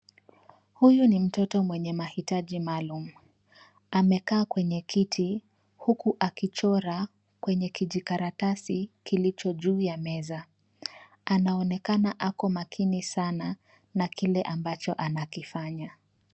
Huyu ni mtoto mwenye mahitaji maalum amekaa kwenye kiti huku akichora kwenye kijikaratasi kilicho juu ya meza. Anaonekana ako makini sana na kila ambacho anakifanya.